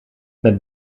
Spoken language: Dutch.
met